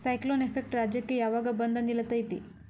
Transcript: Cyclone effect ರಾಜ್ಯಕ್ಕೆ ಯಾವಾಗ ಬಂದ ನಿಲ್ಲತೈತಿ?